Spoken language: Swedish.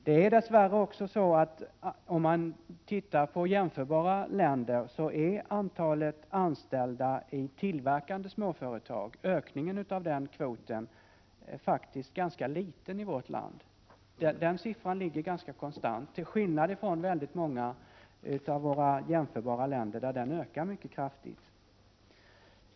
Ökningen av antalet anställda i tillverkande småföretag är dess värre faktiskt ganska liten i vårt land i förhållande till ökningen i jämförbara länder. Siffran ligger ganska konstant, till skillnad från vad som är fallet i många andra länder, där den ökar mycket kraftigt.